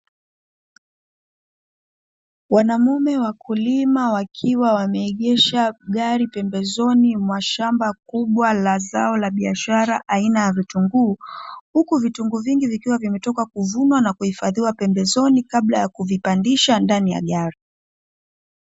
Wanaume wakulima wakiwa wameegesha gari pembezoni mwa shamba kubwa la zao la biashara aina ya vitunguu, huku vitunguu vingi vikiwa vimetoka kuvunwa na kuhifadhiwa pembezoni kabla ya kuvipandisha ndani ya gari.